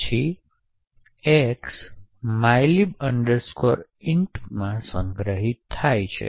પછી એક્સ માયલિબ એન્ટમાં સંગ્રહિત થાય છે